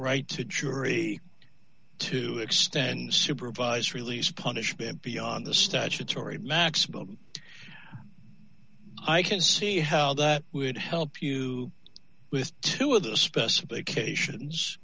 right to cherry to extend supervised release punishment beyond the statutory maximum i can see how that would help you with two of the specifications